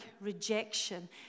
rejection